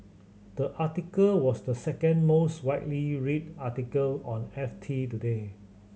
the article was the second most widely read article on F T today